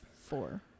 four